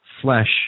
flesh